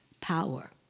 power